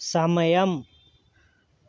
సమయం